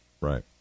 Right